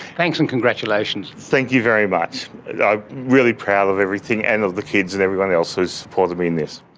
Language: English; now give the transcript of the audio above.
thanks and congratulations. thank you very much. i'm really proud of everything and of the kids and everyone else who has supported me in this.